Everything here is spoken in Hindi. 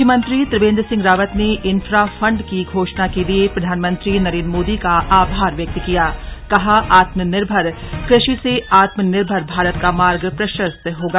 मुख्यमंत्री त्रिवेन्द्र सिंह रावत ने इंफ्रा फंड की घोषणा के लिए प्रधानमंत्री नरेन्द्र मोदी का आभार व्यक्त किया कहा आत्मनिर्भर कृषि से आत्मनिर्भर भारत का मार्ग प्रशस्त होगा